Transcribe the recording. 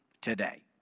today